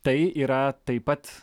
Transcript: tai yra taip pat